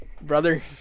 Brother